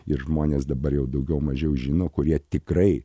ir žmonės dabar jau daugiau mažiau žino kurie tikrai